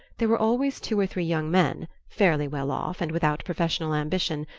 there were always two or three young men, fairly well-off, and without professional ambition,